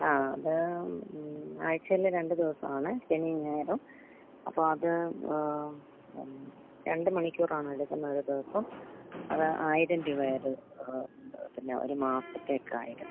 ആ അത് ആഴ്ചയിൽ രണ്ട് ദിവസമാണ് ശനിയും ഞായറും അപ്പം അത് രണ്ട് മണിക്കൂറാണ് എടുക്കുന്നത് ദിവസം അത് ആയിരം രൂപയാണ് അത് പിന്നെ ഒരു മാസത്തേക്ക് ആയിരം